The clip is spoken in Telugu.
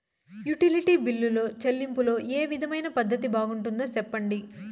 యుటిలిటీ బిల్లులో చెల్లింపులో ఏ విధమైన పద్దతి బాగుంటుందో సెప్పండి?